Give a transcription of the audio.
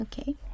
Okay